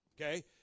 Okay